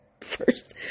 first